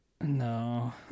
No